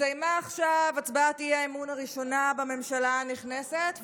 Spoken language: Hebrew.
הסתיימה עכשיו הצבעת האי-אמון הראשונה בממשלה הנכנסת,